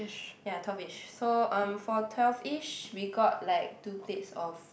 ya twelve ish so um for twelve ish we got like two plates of